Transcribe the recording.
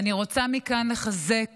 אני רוצה מכאן לחזק